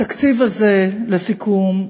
לסיכום,